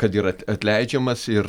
kad yra atleidžiamas ir